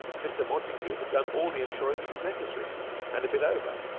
mr. montague had done all the insuring that was necessary and a bit over.